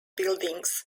buildings